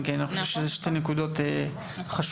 אני חושב שאלו שתי נקודות חשובות.